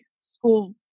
school